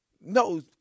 No